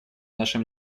нашим